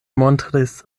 montris